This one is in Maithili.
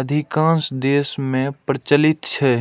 अधिकांश देश मे प्रचलित छै